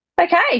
Okay